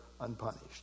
unpunished